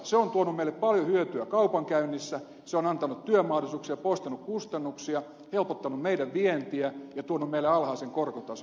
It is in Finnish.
se on tuonut meille paljon hyötyä kaupankäynnissä se on antanut työmahdollisuuksia poistanut kustannuksia helpottanut meidän vientiämme ja tuonut meille alhaisen korkotason